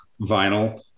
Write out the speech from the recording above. vinyl